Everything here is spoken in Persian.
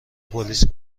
پلیس